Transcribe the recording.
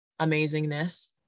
amazingness